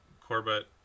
Corbett